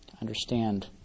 understand